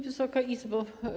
Wysoka Izbo!